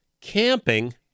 camping